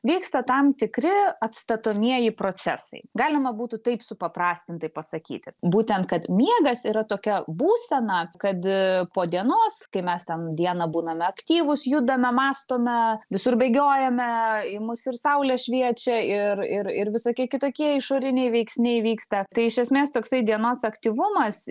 vyksta tam tikri atstatomieji procesai galima būtų taip supaprastintai pasakyti būtent kad miegas yra tokia būsena kad po dienos kai mes ten dieną būname aktyvūs judame mąstome visur bėgiojame į mus ir saulė šviečia ir ir ir visokie kitokie išoriniai veiksniai įvyksta tai iš esmės toksai dienos aktyvumas